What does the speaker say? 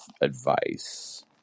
advice